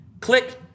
Click